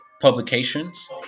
publications